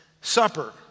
Supper